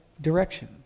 direction